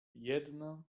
jedna